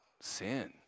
sin